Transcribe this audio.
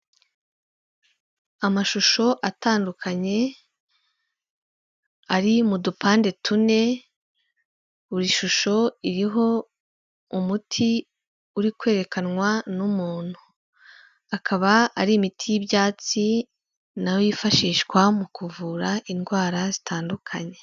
Amashusho atandukanye, ari mu dupande tune, buri shusho iriho umuti uri kwerekanwa n'umuntu. Akaba ari imiti y'ibyatsi, na yo yifashishwa mu kuvura indwara zitandukanye.